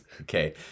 okay